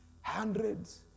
hundreds